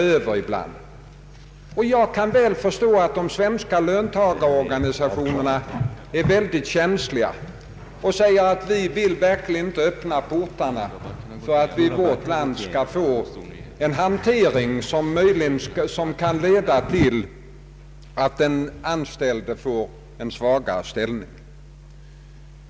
Jag kan mycket väl förstå att de svenska löntagarorganisationerna är mycket känsliga och säger att de verkligen inte vill öppna portarna för att vi i vårt land skall få en hantering som kan leda till att den anställde får en svagare ställning.